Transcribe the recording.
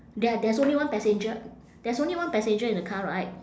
there are there's only one passenger there's only one passenger in the car right